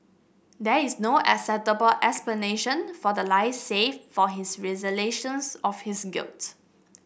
there is no acceptable explanation for the lies save for his realisations of his guilt